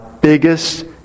biggest